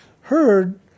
heard